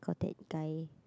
call that guy